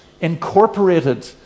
incorporated